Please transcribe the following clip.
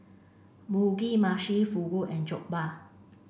Mugi Meshi Fugu and Jokbal